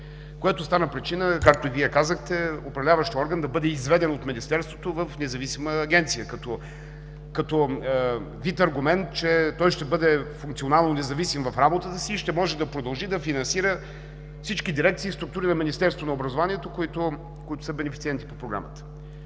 Това стана причина, както и Вие казахте, Управляващият орган да бъде изведен от Министерството в независима агенция, като вид аргумент, че той ще бъде функционално независим в работата си и ще може да продължи да финансира всички дирекции и структури на МОН, които са бенефициенти по Програмата.